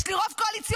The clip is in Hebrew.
יש לי רוב קואליציוני,